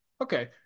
Okay